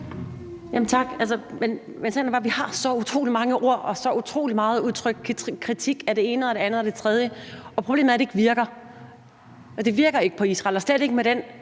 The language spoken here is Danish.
bare, at vi har brugt så utrolig mange ord og udtrykt så utrolig meget kritik af det ene, det andet og det tredje, men problemet er, at det ikke virker. Det virker ikke på Israel og slet ikke med den